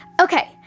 Okay